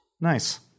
nice